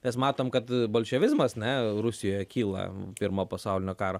mes matom kad bolševizmas ne rusijoje kyla pirmo pasaulinio karo